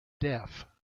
deaf